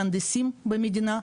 מהנדסים במדינה,